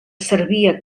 servia